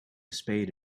spade